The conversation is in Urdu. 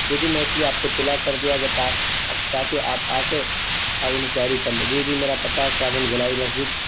جی جی میں اس لیے آپ کو اطلاع کر دیا تاکہ آپ آ کے انکوائری اور کرلیں جی جی میرا پتہ ہے شاہ گنج بلائی مسجد